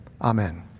Amen